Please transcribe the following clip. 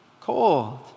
cold